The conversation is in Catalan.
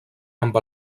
amb